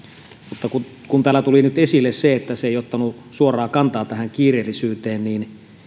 mutta kun kun täällä tuli nyt esille se että se ei ottanut suoraan kantaa tähän kiireellisyyteen niin